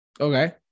Okay